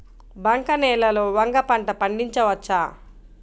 బంక నేలలో వంగ పంట పండించవచ్చా?